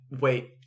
wait